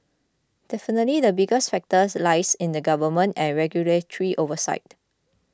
definitely the biggest factors lies in the government and regulatory oversight